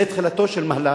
זה תחילתו של מהלך,